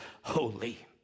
holy